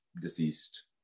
deceased